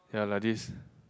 ya lah this